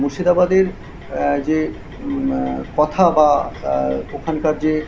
মুর্শিদাবাদের যে কথা বা ওখানকার যে